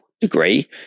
degree